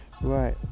Right